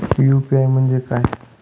UPI म्हणजे काय?